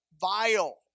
Vile